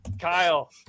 Kyle